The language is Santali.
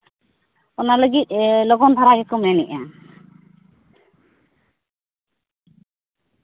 ᱚᱱᱟ ᱞᱟᱹᱜᱤᱫ ᱞᱚᱜᱚᱱ ᱫᱷᱟᱨᱟ ᱜᱮᱠᱚ ᱢᱮᱱᱮᱜᱼᱟ